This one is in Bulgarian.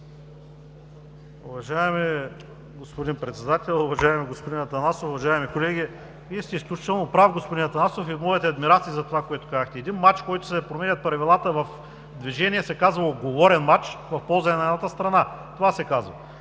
Уважаеми господин Председател, уважаеми господин Атанасов, уважаеми колеги! Вие сте изключително прав, господин Атанасов, и моите адмирации за това, което казахте. Един мач, в който се променят правилата в движение, се казва: уговорен мач в полза на едната страна. Това се казва.